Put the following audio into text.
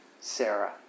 Sarah